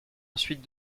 ensuite